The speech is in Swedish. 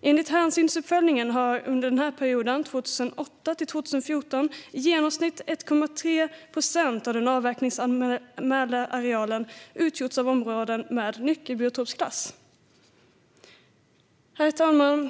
Enligt hänsynsuppföljningen har under perioden 2008-2014 i genomsnitt 1,3 procent av den avverkningsanmälda arealen utgjorts av områden med nyckelbiotopsklass. Herr talman!